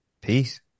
Peace